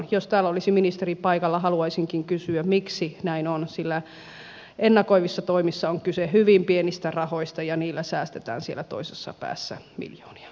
jos täällä olisi ministeri paikalla haluaisinkin kysyä miksi näin on sillä ennakoivissa toimissa on kyse hyvin pienistä rahoista ja niillä säästetään siellä toisessa päässä miljoonia